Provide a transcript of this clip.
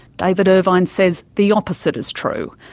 david irvine says the opposite is true.